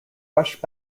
rushed